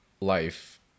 life